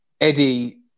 Eddie